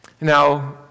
Now